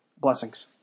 Blessings